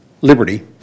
Liberty